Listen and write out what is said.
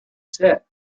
said